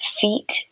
feet